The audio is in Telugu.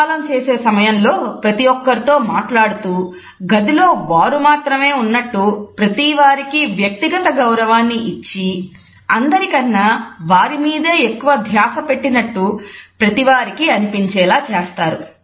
కరవాలము చేసే సమయంలో ప్రతి ఒక్కరితో మాట్లాడుతూ గదిలో వారు మాత్రమే ఉన్నట్టు ప్రతివారికి వ్యక్తిగత గౌరవాన్ని ఇచ్చి అందరికన్నా వారి మీదే ఎక్కువగా ధ్యాస పెట్టినట్టు ప్రతివారికీ అనిపించేలా చేస్తారు